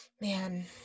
man